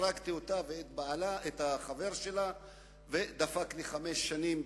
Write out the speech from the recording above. הרגתי אותה ואת החבר שלה ודפק לי חמש שנים,